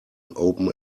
open